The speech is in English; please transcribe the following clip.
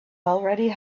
already